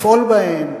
לפעול בהם.